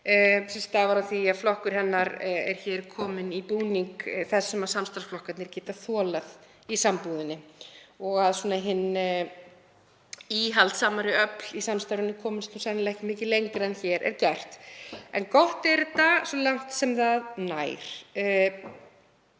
síðan hafa orðið. Flokkur hennar er hér kominn í búning þess sem samstarfsflokkarnir geta þolað í sambúðinni og hin íhaldssamari öfl í samstarfinu komast sennilega ekki mikið lengra en hér er gert. En gott er þetta svo langt sem það nær.